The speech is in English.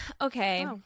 okay